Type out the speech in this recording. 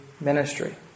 ministry